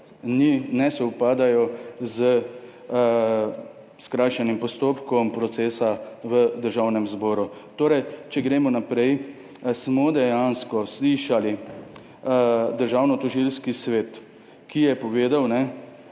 ne sovpadajo s skrajšanim postopkom procesa v Državnem zboru. Če gremo naprej. Dejansko smo slišali Državnotožilski svet, ki je povedal,